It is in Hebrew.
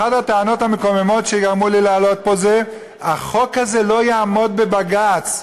אחת הטענות המקוממות שגרמו לי לעלות היא שהחוק הזה לא יעמוד בבג"ץ.